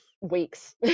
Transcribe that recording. weeks